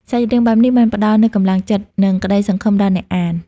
សាច់រឿងបែបនេះបានផ្ដល់នូវកម្លាំងចិត្ត និងក្តីសង្ឃឹមដល់អ្នកអាន។